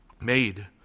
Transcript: made